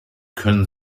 können